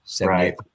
Right